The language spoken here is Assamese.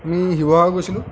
আমি শিৱসাগৰ গৈছিলোঁ